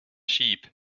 sheep